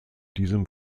diesem